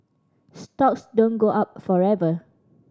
stocks don't go up forever